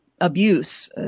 abuse